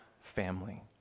family